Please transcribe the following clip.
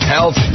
Health